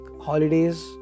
holidays